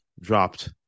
dropped